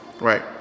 right